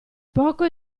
poco